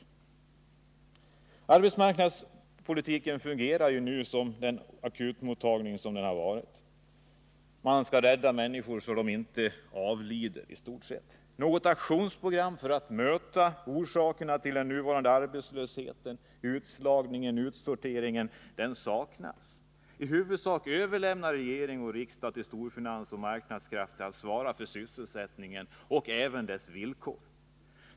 Arbetsmarknadspolitiken fungerar nu som tidigare som en akutbehandling. Man skall rädda människor så att de inte avlider, i stort sett. Ett aktionsprogram saknas, som skulle kunna undanröja orsakerna till den nuvarande arbetslösheten, utslagningen, utsorteringen. I huvudsak överlämnar regering och riksdag till storfinans och marknadskrafter att svara för sysselsättningen — och även dess villkor.